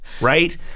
Right